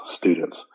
students